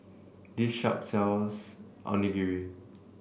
this shop sells Onigiri